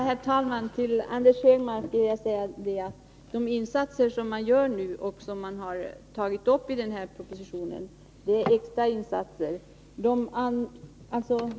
Herr talman! Jag vill säga till Anders Högmark att de insatser man gör nu, och som man har tagit upp i propositionen, är extra insatser.